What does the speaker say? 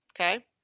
okay